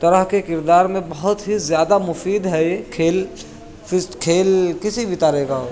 طرح کے کردار میں بہت ہی زیادہ مفید ہے یہ کھیل پھر کھیل کسی بھی طرح کا ہو